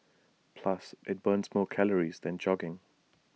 plus IT burns more calories than jogging